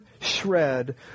shred